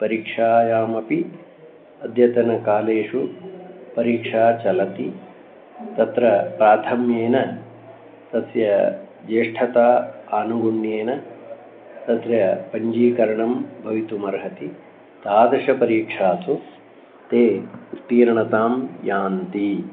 परीक्षायामपि अद्यतनकालेषु परीक्षा चलति तत्र प्राथम्येन तस्य ज्येष्ठता आनुगण्यते तत्र पञ्जीकरणं भवितुम् अर्हति तादृशपरीक्षासु ते उत्तीर्णतां यान्ति